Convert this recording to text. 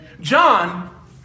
John